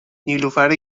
نیلوفر